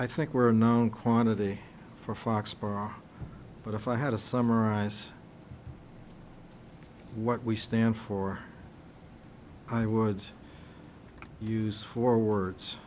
i think we're known quantity for fox but if i had to summarize what we stand for i would use four words